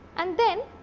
and then,